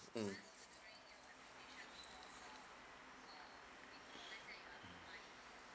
mm